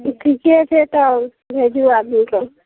ठीके छै तऽ भेजू आदमी कऽ